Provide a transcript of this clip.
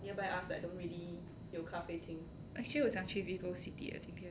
actually 我想去 vivo city leh 今天